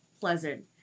pleasant